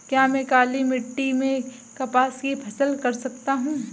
क्या मैं काली मिट्टी में कपास की फसल कर सकता हूँ?